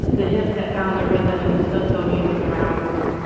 the hips that found the rhythm in the so so music around us.